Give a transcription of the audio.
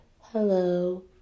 hello